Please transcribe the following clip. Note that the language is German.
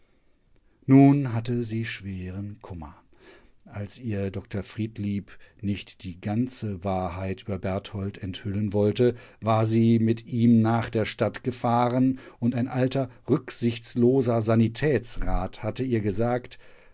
nun hatte sie schweren kummer als ihr dr friedlieb nicht die ganze wahrheit über berthold enthüllen wollte war sie mit ihm nach der stadt gefahren und ein alter rücksichtsloser sanitätsrat hatte ihr gesagt